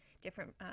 different